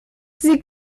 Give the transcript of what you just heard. sie